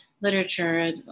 literature